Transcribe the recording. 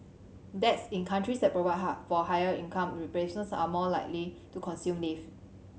dads in countries that provide high for higher income replacement are more likely to consume leave